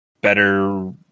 better